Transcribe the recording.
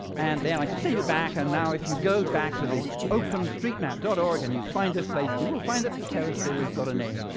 and and i could save it back. and now if you go back to the openstreetmap. org, and you find this place, you will find that the terrace theater has got a name.